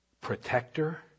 protector